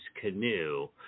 canoe